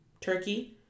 Turkey